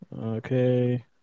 Okay